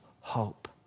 hope